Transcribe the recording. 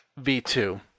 V2